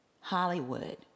Hollywood